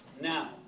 Now